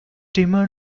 timor